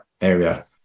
area